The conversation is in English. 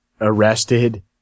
arrested